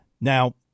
Now